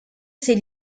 ses